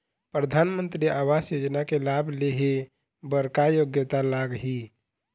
परधानमंतरी आवास योजना के लाभ ले हे बर का योग्यता लाग ही?